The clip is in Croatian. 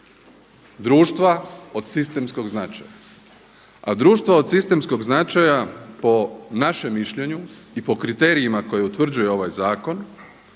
društva od sistemskog značaja. A društva od sistemskog značaja po našem mišljenju i po kriterijima koja utvrđuje ovaj zakona